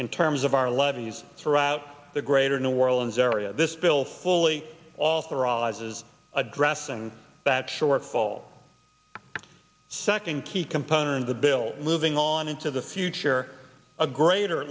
in terms of our levees throughout the greater new orleans area this bill fully authorizes address and back shortfall second key component of the bill moving on into the future a greater